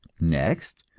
next,